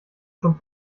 schon